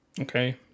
Okay